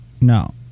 No